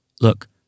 Look